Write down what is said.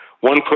One